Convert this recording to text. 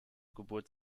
geburt